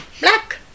Black